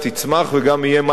וגם יהיה מה לחלק,